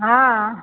हँ